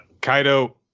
Kaido